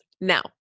Now